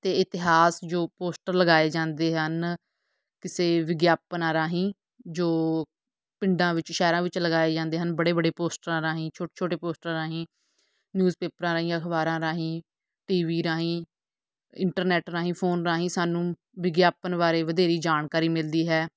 ਅਤੇ ਇਤਿਹਾਸ ਜੋ ਪੋਸਟਰ ਲਗਾਏ ਜਾਂਦੇ ਹਨ ਕਿਸੇ ਵਿਗਿਆਪਨਾਂ ਰਾਹੀਂ ਜੋ ਪਿੰਡਾਂ ਵਿੱਚ ਸ਼ਹਿਰਾਂ ਵਿੱਚ ਲਗਾਏ ਜਾਂਦੇ ਹਨ ਬੜੇ ਬੜੇ ਪੋਸਟਰਾਂ ਰਾਹੀਂ ਛੋਟੇ ਛੋਟੇ ਪੋਸਟਰਾਂ ਰਾਹੀਂ ਨਿਊਜ਼ ਪੇਪਰਾਂ ਰਾਹੀਂ ਅਖਬਾਰਾਂ ਰਾਹੀਂ ਟੀ ਵੀ ਰਾਹੀਂ ਇੰਟਰਨੈੱਟ ਰਾਹੀਂ ਫ਼ੋਨ ਰਾਹੀਂ ਸਾਨੂੰ ਵਿਗਿਆਪਨ ਬਾਰੇ ਵਧੇਰੀ ਜਾਣਕਾਰੀ ਮਿਲਦੀ ਹੈ